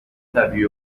طبیعی